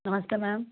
नमस्ते मैम